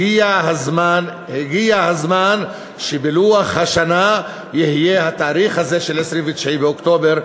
הגיע הזמן שבלוח השנה יהיה התאריך הזה של 29 באוקטובר,